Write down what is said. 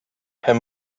һәм